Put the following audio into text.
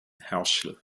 herschel